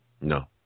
No